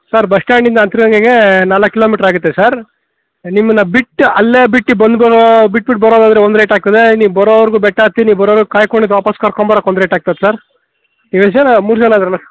sir ಬಸ್ಟ್ಯಾಂಡಿಂದ ಅಂತರಗಂಗೆಗೆ ನಾಲ್ಕು ಕಿಲೋಮೀಟರ್ ಆಗತ್ತೆ ಸರ್ ನಿಮ್ಮನ್ನು ಬಿಟ್ಟು ಅಲ್ಲೇ ಬಿಟ್ಟು ಬಂದು ಬಿಟ್ಟುಬಿಟ್ಟು ಬರೋದಾದ್ರೆ ಒಂದು ರೇಟ್ ಆಗ್ತದೆ ಇಲ್ಲಿ ಬರೋರ್ಗು ಬೆಟ್ಟ ಹತ್ತಿ ನೀವು ಬರೋರ್ಗು ಕಾಯ್ಕೊಂಡಿದ್ದು ವಾಪಸ್ ಕರ್ಕೊಂಬರಕ್ಕೆ ಒಂದು ರೇಟ್ ಆಗ್ತದೆ ಸರ್ ಎಷ್ಟು ಜನ ಮೂರು ಜನ ಇದ್ದಾರಲ್ಲ